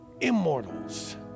Immortals